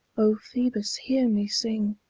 o phoebus, hear me sing.